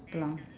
brown